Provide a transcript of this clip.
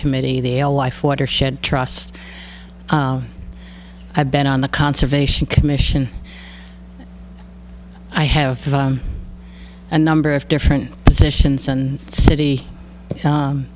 committee the l life watershed trust i have been on the conservation commission i have a number of different positions and city